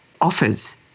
offers